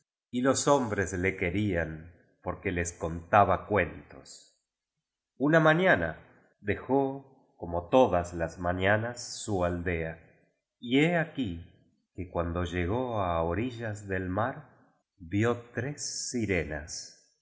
y los hombres le querían porque les contaba cuentos una mañana dejó como todas las mañanas su aldea y he aquí que cuando llegó á orillas del mar vio tres sirenas